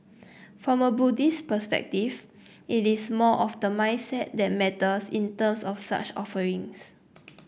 from a Buddhist perspective it is more of the mindset that matters in terms of such offerings